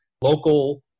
local